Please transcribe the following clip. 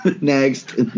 Next